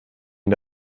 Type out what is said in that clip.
ihn